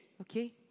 Okay